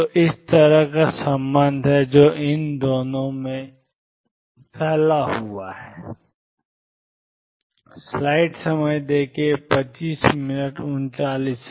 तो यह इस तरह का संबंध है जो इन दोनों स्प्रैड्स में है